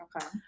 okay